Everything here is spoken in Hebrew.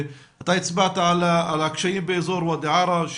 ואתה הצבעת על הקשיים באזור ואדי עארה,